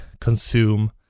consume